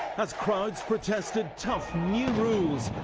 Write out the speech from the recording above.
as crowds protested tough new rules,